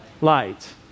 Light